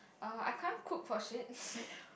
err I can't cook for shit